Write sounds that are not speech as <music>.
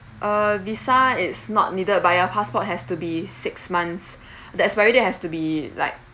uh visa is not needed but your passport has to be six months <breath> the expiry date has to be like